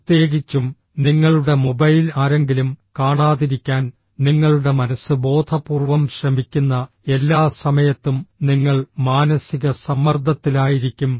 പ്രത്യേകിച്ചും നിങ്ങളുടെ മൊബൈൽ ആരെങ്കിലും കാണാതിരിക്കാൻ നിങ്ങളുടെ മനസ്സ് ബോധപൂർവ്വം ശ്രമിക്കുന്ന എല്ലാ സമയത്തും നിങ്ങൾ മാനസിക സമ്മർദ്ദത്തിലായിരിക്കും